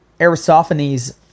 aristophanes